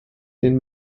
den